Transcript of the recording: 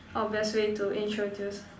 orh best way to introduce